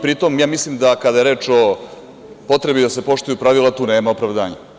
Pri tom mislim da kada je reč o potrebi da se poštuju pravila, tu nema opravdanja.